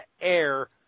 air